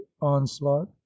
onslaught